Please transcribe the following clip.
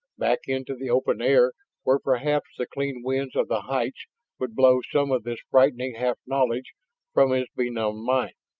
back into the open air where perhaps the clean winds of the heights would blow some of this frightening half knowledge from his benumbed mind.